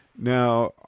Now